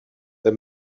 the